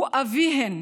הוא אביהן